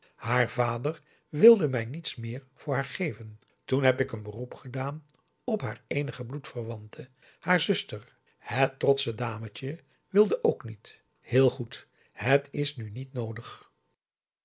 haar vader wilde mij niets meer voor haar geven toen heb ik een beroep gedaan op haar eenige bloedverp a daum de van der lindens c s onder ps maurits wante haar zuster het trotsche dametje wilde ook niet heel goed het is nu niet noodig